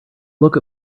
look